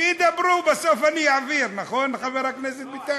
שידברו, בסוף אני אעביר, נכון, חבר הכנסת ביטן?